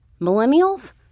millennials